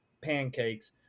pancakes